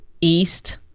East